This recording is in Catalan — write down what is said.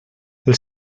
els